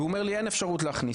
והוא אומר לי: אין אפשרות להכניס.